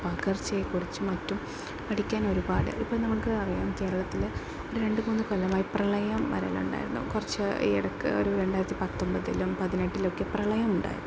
പകർച്ചയെക്കുറിച്ചും മറ്റും പഠിക്കാനൊരുപാട് ഇപ്പം നമ്മൾക്ക് അറിയാം കേരളത്തിലെ ഒരു രണ്ട് മൂന്ന് കൊല്ലമായി പ്രളയം വരലുണ്ടായിരുന്നു കുറച്ച് ഈ ഇടക്ക് രണ്ടായിരത്തി പത്തൊൻപതിലും പതിനെട്ടിലുമൊക്കെ പ്രളയം ഉണ്ടായിരുന്നു